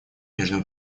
между